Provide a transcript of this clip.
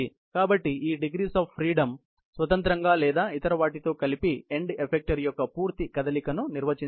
కాబట్టి ఈ degrees of freedom స్వతంత్రంగా లేదా ఇతరవాటి తో కలిపి ఎండ్ ఎఫెక్టర్ యొక్క పూర్తి కదలికను నిర్వచించాయి